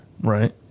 Right